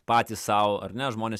patys sau ar ne žmonės